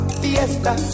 fiesta